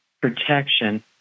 protection